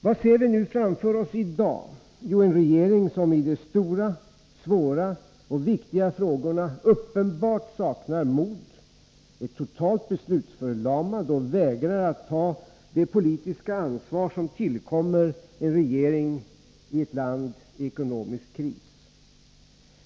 Vad ser vi framför oss i dag? Jo, en regering som i de stora, svåra och viktiga frågorna uppenbart saknar mod, är totalt beslutsförlamad och vägrar ta det politiska ansvar som tillkommer en regering i ett land i ekonomisk kris.